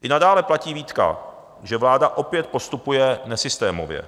I nadále platí výtka, že vláda opět postupuje nesystémově.